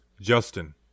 Justin